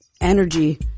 energy